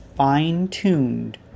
fine-tuned